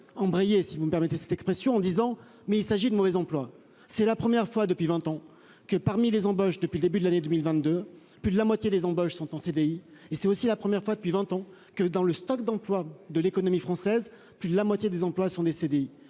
embrayé si vous me permettez cette expression en disant mais il s'agit de mauvais emplois. C'est la première fois depuis 20 ans que parmi les embauches depuis le début de l'année 2022, plus de la moitié des embauches sont en CDI et c'est aussi la première fois depuis 20 ans que dans le stock d'emplois de l'économie française. Plus de la moitié des emplois sont décédés,